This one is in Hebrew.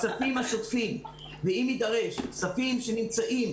הכספים השוטפים ואם יידרש כספים שנמצאים